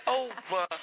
over